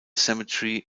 cemetery